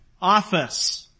office